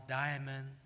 diamond